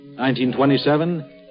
1927